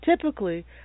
Typically